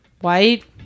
white